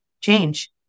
change